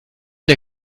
der